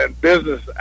business